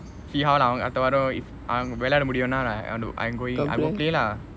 see how lah அடுத்த வார~:adutha vaaru if அவன~ விளையாட முடியும்னா:avan~ vilayada mudiyumnaa I going I go play lah